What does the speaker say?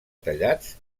tallats